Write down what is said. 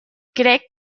crec